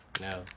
No